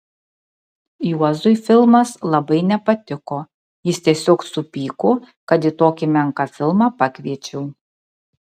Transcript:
juozui filmas labai nepatiko jis tiesiog supyko kad į tokį menką filmą pakviečiau